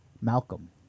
Malcolm